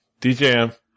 DJM